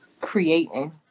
creating